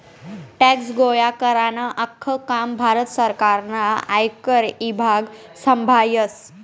tax गोया करानं आख्खं काम भारत सरकारनं आयकर ईभाग संभायस